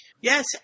Yes